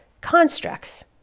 constructs